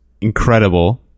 incredible